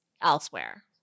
elsewhere